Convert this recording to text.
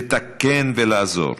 לתקן ולעזור,